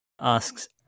asks